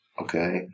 okay